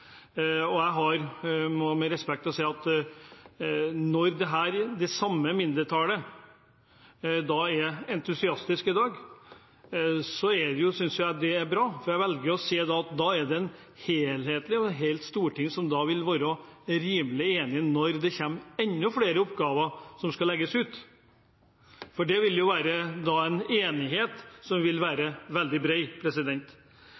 helseforetakene. Jeg ser på det som fremmes fra mindretallet, og jeg må med respekt å melde si at når det samme mindretallet er entusiastisk i dag, så synes jeg det er bra. Jeg velger å si at da er det helhetlig, et helt storting som vil være rimelig enig når det kommer enda flere oppgaver som skal legges ut. Det vil være en enighet som